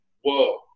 whoa